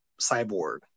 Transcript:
Cyborg